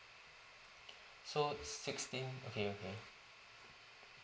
so sixteen okay okay